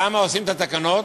למה עושים את התקנות?